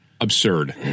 Absurd